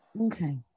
Okay